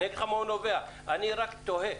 אני רק תוהה,